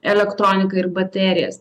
elektroniką ir baterijas